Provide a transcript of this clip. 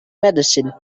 medicine